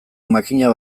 makina